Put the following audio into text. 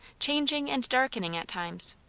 changing and darkening at times.